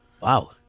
Wow